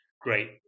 great